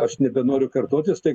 aš nebenoriu kartotis tai